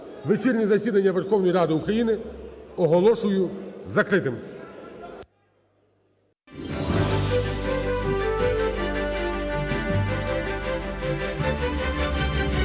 Вечірнє засідання Верховної Ради України оголошую закритим.